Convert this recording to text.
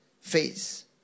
phase